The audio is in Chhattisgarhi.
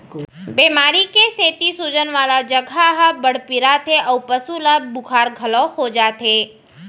बेमारी के सेती सूजन वाला जघा ह बड़ पिराथे अउ पसु ल बुखार घलौ हो जाथे